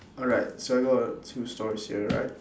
alright so I got two stories here alright